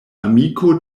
amiko